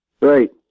Right